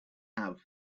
have